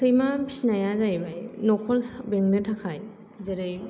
सैमा फिसिनाया जायैबाय नखर बेंनो थाखाय जेरै